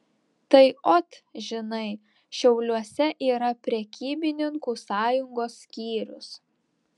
tai ot žinai šiauliuose yra prekybininkų sąjungos skyrius